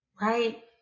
right